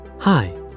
Hi